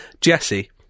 Jesse